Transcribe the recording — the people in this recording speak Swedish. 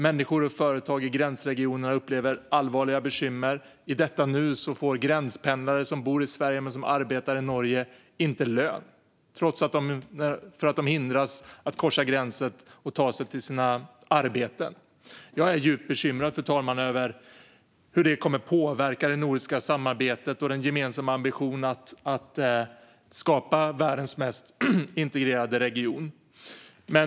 Människor och företag i gränsregionerna har allvarliga bekymmer, och i detta nu får gränspendlare som bor i Sverige men arbetar i Norge inte lön eftersom de hindras att korsa gränsen och ta sig till sina arbeten. Jag är djupt bekymrad över hur detta kommer att påverka det nordiska samarbetet och den gemensamma ambitionen att skapa världens mest integrerade region.